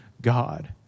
God